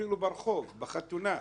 אפילו ברחוב, בחתונה,